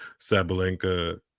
Sabalenka